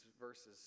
verses